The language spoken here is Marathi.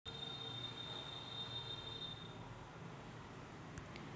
शेंगदाण्यांमध्ये प्रोटीनचे प्रमाण मांसापेक्षा दीड पट जास्त आहे